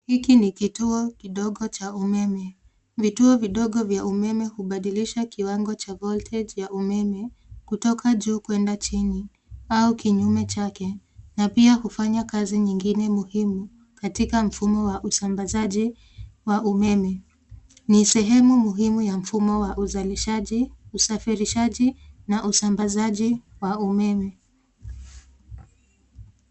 Hiki ni kituo kidogo cha umeme. Vituo vidogo cha umeme hubadilisha kiwango cha voltage ya umeme kutoka juu kwenda chini au kinyume chake na pia hufanya kazi muhimu katika mfumo wa usambazaji wa umeme. Ni sehemu muhimu katika usafirishaji na usambazaji wa umeme.